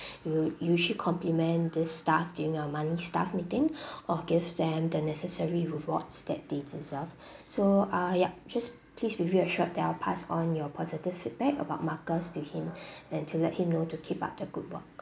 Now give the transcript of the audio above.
we will usually compliment this staff during our monthly staff meeting or give them the necessary rewards that they deserve so uh yup just please be reassured that I'll pass on your positive feedback about marcus to him and to let him know to keep up the good work